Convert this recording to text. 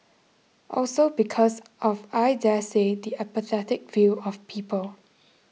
also because of I daresay the apathetic view of people